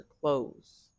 clothes